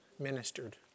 ministered